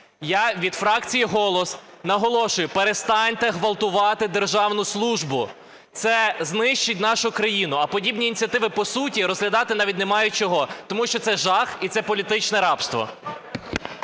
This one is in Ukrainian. Я від фракції "Голос" наголошую – перестаньте ґвалтувати державну службу. Це знищить нашу країну. А подібні ініціативи по суті розглядати навіть немає чого, тому що це жах і це політичне рабство.